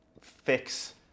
fix